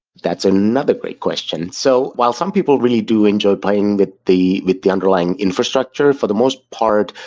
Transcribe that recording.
that's another great question. so while some people really do enjoy playing with the with the underlying infrastructure. for the most part,